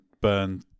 burn